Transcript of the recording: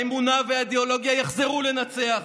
האמונה והאידיאולוגיה יחזרו לנצח.